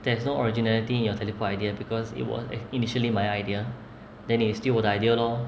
there is no originality in your teleport idea because it was initially my idea then 你 steal 我的 idea lor